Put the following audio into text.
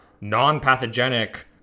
non-pathogenic